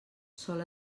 sol